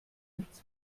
nichts